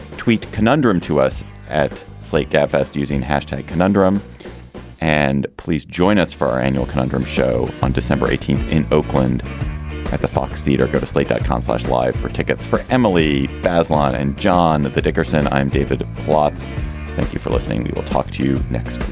tweet conundrum to us at slate get fest using hashtag conundrum and please join us for our annual conundrum show on december eighteen in oakland at the fox theatre. go to slate that council's live. for tickets for emily bazelon and john dickerson i'm david plotz. thank you for listening. we will talk to you next